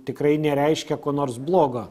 tikrai nereiškia ko nors blogo